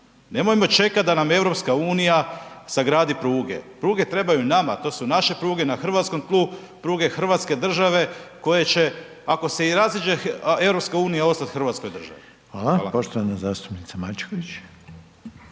Nemojmo čekati da nam EU sagradi pruge. Pruge trebaju nama, to su naše pruge, na hrvatskom tlu, pruge hrvatske države, koje će, ako se i raziđe EU, ostat hrvatskoj državi. Hvala. **Reiner, Željko